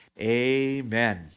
Amen